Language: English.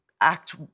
act